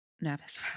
nervous